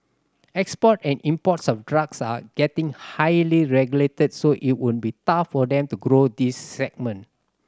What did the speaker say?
export and imports of drugs are getting highly regulated so it would be tough for them to grow this segment